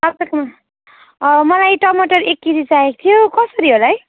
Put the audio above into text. तपाईँकोमा मलाई टमाटर एक केजी चाहिएको थियो कसरी होला है